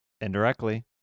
indirectly